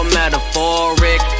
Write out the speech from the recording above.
metaphoric